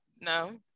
no